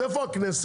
אז איפה הכנסת?